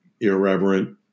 irreverent